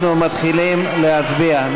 אנחנו מתחילים להצביע.